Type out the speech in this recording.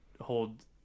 hold